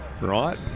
right